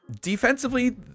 defensively